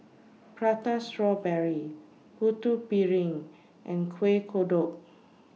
Prata Strawberry Putu Piring and Kueh Kodok